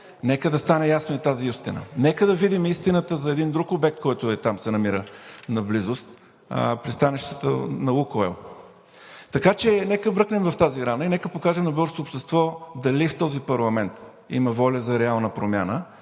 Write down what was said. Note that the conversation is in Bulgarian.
нека да стане ясна и тази истина. Нека да видим истината за един друг обект, който се намира наблизо там – пристанището на „Лукойл“. Нека бръкнем в тази рана и нека покажем на българското общество дали в този парламент има воля за реална промяна,